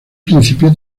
principio